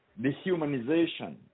dehumanization